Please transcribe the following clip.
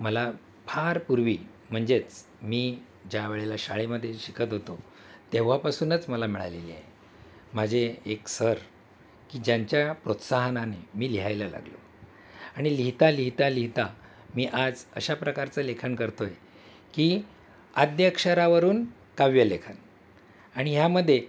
मला फार पूर्वी म्हणजेच मी ज्या वेळेला शाळेमध्ये शिकत होतो तेव्हापासूनच मला मिळालेली आहे माझे एक सर की ज्यांच्या प्रोत्साहनाने मी लिहायला लागलो आणि लिहिता लिहिता लिहिता मी आज अशा प्रकारचं लेखन करतो आहे की आद्याक्षरावरून काव्य लेखन आणि ह्यामध्ये